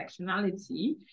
intersectionality